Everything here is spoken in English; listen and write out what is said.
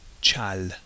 chal